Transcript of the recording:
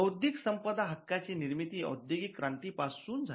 बौद्धिक संपदा हक्क ची निर्मिती औद्योगिक क्रांती पासून झाली